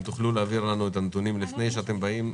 אם תוכלו להעביר לנו את הנתונים לפני שאתם באים,